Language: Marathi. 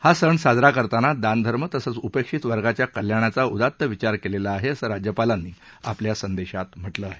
हा सण साजरा करताना दानधर्म तसंच उपेक्षित वर्गाच्या कल्याणाचा उदात्त विचार केलेला आहे असं राज्यपालांनी आपल्या संदेशात म्हटलंआहे